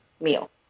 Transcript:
meal